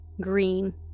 green